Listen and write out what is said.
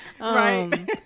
right